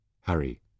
Harry